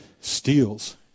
steals